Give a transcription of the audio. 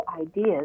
ideas